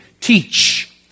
Teach